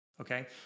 Okay